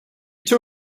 two